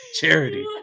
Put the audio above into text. Charity